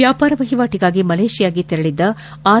ವ್ಯಾಪಾರ ವಹಿವಾಟಗಾಗಿ ಮಲೇಷ್ಯಾಗೆ ತೆರಳಿದ್ದ ಆರ್